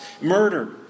murder